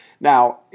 Now